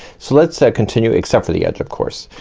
so let's ah continue, except for the edge, of course.